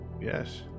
Yes